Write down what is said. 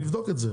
נבדוק את זה.